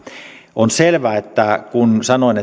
on selvää kun sanoin